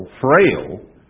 frail